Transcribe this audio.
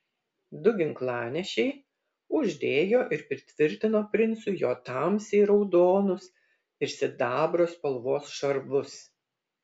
du ginklanešiai uždėjo ir pritvirtino princui jo tamsiai raudonus ir sidabro spalvos šarvus